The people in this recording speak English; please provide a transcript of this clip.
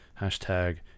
Hashtag